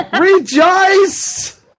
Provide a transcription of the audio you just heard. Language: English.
Rejoice